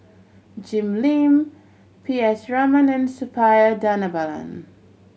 Jim Lim P S Raman and Suppiah Dhanabalan